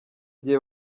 gihe